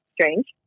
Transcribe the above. strange